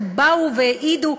כשהם באו והעידו,